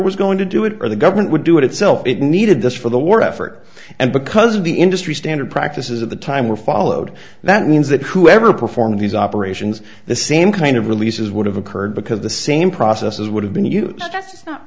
was going to do it or the government would do it itself it needed this for the war effort and because of the industry standard practices of the time were followed that means that whoever performed these operations the same kind of releases would have occurred because the same processes would have been